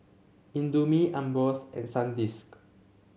Indomie Ambros and Sandisk